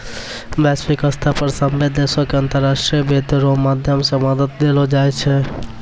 वैश्विक स्तर पर सभ्भे देशो के अन्तर्राष्ट्रीय वित्त रो माध्यम से मदद देलो जाय छै